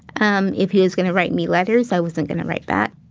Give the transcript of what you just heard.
um if he was gonna write me letters, i wasn't gonna write back